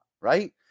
right